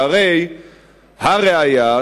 שהרי הראיה,